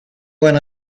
when